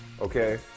Okay